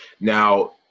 Now